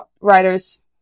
writers